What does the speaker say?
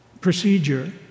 procedure